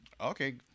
Okay